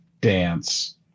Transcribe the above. dance